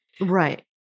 Right